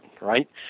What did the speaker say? right